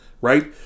right